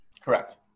correct